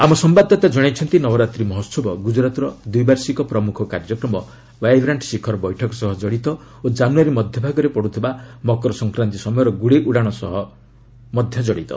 ଆମ ସମ୍ଭାଦଦାତା ଜଣାଇଛନ୍ତି ନବରାତ୍ରୀ ମହୋତ୍ସବ ଗୁଜରାତ୍ର ଦ୍ୱି ବାର୍ଷିକ ପ୍ରମୁଖ କାର୍ଯ୍ୟକ୍ରମ ଭାଇବ୍ରାଣ୍ଟ୍ ଶିଖର ବୈଠକ ସହ ଜଡ଼ିତ ଓ ଜାନୁୟାରୀ ମଧ୍ୟଭାଗରେ ପଡ଼ୁଥିବା ମକର ସଂକ୍ରାନ୍ତି ସମୟର ଗୁଡ଼ି ଉଡ଼ାଣ ଉହବ ସହ ଜଡ଼ିତ